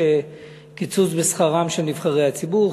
על קיצוץ בשכרם של נבחרי הציבור,